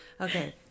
okay